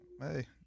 Hey